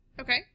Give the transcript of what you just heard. Okay